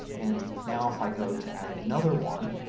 and now if i go to add another one,